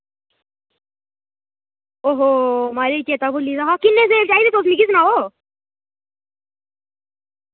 ओहो माराज चेत्ता भुल्ली दा हा किन्ने सेब चाहिदे तुस मिकी सनाओ